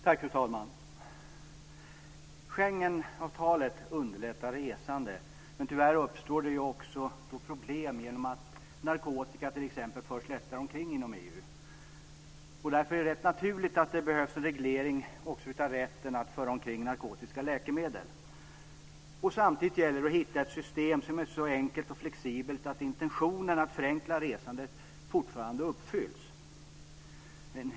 Fru talman! Schengenavtalet underlättar resande. Tyvärr uppstår då också problem eftersom narkotika lättare kan föras omkring inom EU. Därför är det naturligt att det behövs en viss reglering av rätten att medföra narkotiska läkemedel. Samtidigt gäller det att hitta ett system som är så enkelt och flexibelt att intentionen att förenkla resandet uppfylls.